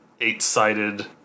eight-sided